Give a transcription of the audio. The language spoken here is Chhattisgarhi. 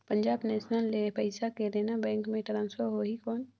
पंजाब नेशनल ले पइसा केनेरा बैंक मे ट्रांसफर होहि कौन?